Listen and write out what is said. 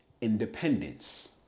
independence